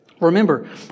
Remember